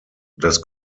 das